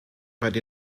but